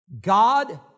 God